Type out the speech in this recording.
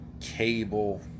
cable